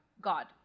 god